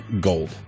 gold